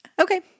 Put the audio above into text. Okay